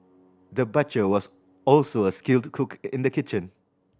the butcher was also a skilled cook in the kitchen